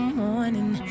morning